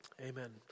Amen